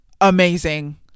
amazing